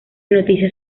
noticia